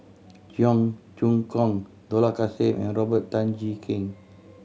Cheong Choong Kong Dollah Kassim and Robert Tan Jee Keng